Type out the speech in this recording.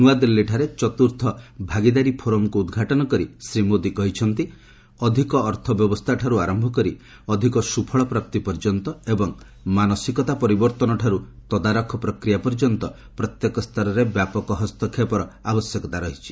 ନୂଆଦିଲ୍ଲୀଠାରେ ଚତୁର୍ଥ ଭାଗିଦାରୀ ଫୋରମ୍କୁ ଉଦ୍ଘାଟନ କରି ଶ୍ରୀ ମୋଦି କହିଛନ୍ତି ଅଧିକ ଅର୍ଥବ୍ୟବସ୍ଥାଠାରୁ ଆରମ୍ଭ କରି ଅଧିକ ସୁଫଳ ପ୍ରାପ୍ତି ପର୍ଯ୍ୟନ୍ତ ଏବଂ ମାନସିକତା ପରିବର୍ତ୍ତନଠାରୁ ତଦାରଖ ପ୍ରକ୍ରିୟା ପର୍ଯ୍ୟନ୍ତ ପ୍ରତ୍ୟେକ ସ୍ତରରେ ବ୍ୟାପକ ହସ୍ତକ୍ଷେପର ଆବଶ୍ୟକତା ରହିଛି